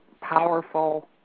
powerful